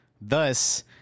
Thus